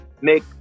Make